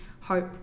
hope